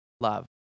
love